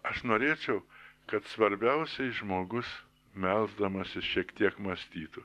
aš norėčiau kad svarbiausiai žmogus melsdamasis šiek tiek mąstytų